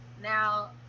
Now